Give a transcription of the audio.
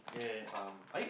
ya ya um